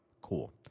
Cool